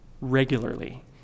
regularly